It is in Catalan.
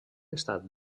estat